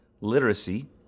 Literacy